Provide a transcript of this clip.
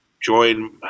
join